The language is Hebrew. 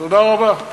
תודה רבה.